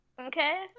okay